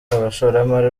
abashoramari